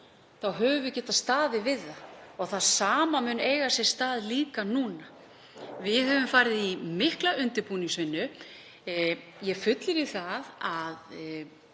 þá höfum við getað staðið við það. Það sama mun líka eiga sér stað núna. Við höfum farið í mikla undirbúningsvinnu, ég fullyrði það,